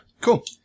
cool